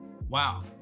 wow